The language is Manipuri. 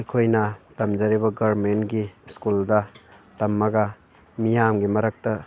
ꯑꯩꯈꯣꯏꯅ ꯇꯝꯖꯔꯤꯕ ꯒꯔꯃꯦꯟꯒꯤ ꯁ꯭ꯀꯨꯜ ꯇꯝꯃꯒ ꯃꯤꯌꯥꯝꯒꯤ ꯃꯔꯛꯇ